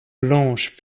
blanches